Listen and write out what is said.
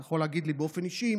אתה יכול להגיד לי באופן אישי,